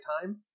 time